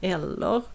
Eller